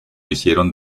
hicieron